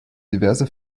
diverse